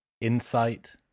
insight